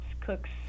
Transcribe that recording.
cooks